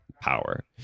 power